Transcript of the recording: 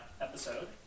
episode